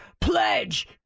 pledge